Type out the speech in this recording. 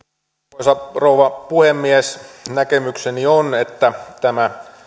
arvoisa rouva puhemies näkemykseni on että tämä